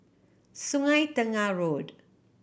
Sungei Tengah Road